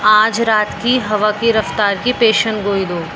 آج رات کی ہوا کی رفتار کی پیشن گوئی دو